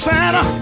Santa